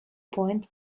point